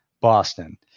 Boston